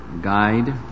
guide